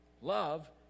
Love